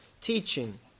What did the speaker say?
teaching